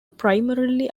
primarily